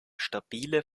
stabile